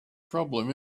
problem